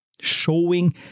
showing